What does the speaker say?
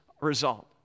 result